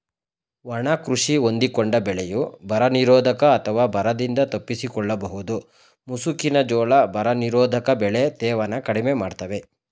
ಒಣ ಕೃಷಿ ಹೊಂದಿಕೊಂಡ ಬೆಳೆಯು ಬರನಿರೋಧಕ ಅಥವಾ ಬರದಿಂದ ತಪ್ಪಿಸಿಕೊಳ್ಳಬಹುದು ಮುಸುಕಿನ ಜೋಳ ಬರನಿರೋಧಕ ಬೆಳೆ ತೇವನ ಕಡಿಮೆ ಮಾಡ್ತವೆ